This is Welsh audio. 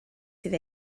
sydd